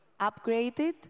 upgraded